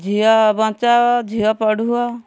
ଝିଅ ବଞ୍ଚାଅ ଝିଅ ପଢ଼ୁଅ